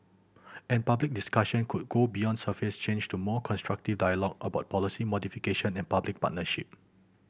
and public discussion could go beyond surface change to more constructive dialogue about policy modification and public partnership